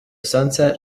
sunset